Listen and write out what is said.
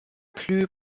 plus